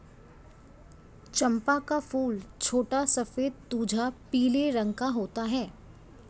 चंपा का फूल छोटा सफेद तुझा पीले रंग का होता है